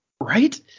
Right